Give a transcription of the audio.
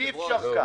אי אפשר כך.